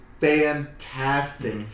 fantastic